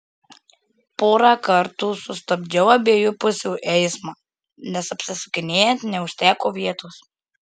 porą kartų sustabdžiau abiejų pusių eismą nes apsisukinėjant neužteko vietos